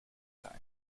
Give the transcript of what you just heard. time